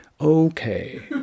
okay